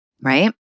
right